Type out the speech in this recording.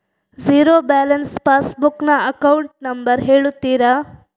Zero balance passbook ನ account number ಹೇಳುತ್ತೀರಾ?